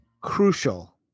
crucial